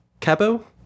capo